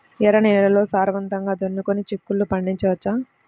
ఎర్ర నేలల్లో సారవంతంగా దున్నుకొని చిక్కుళ్ళు పండించవచ్చు